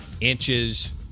inches